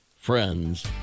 friends